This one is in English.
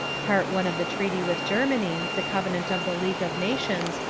part one of the treaty with germany, the covenant of the league of nations,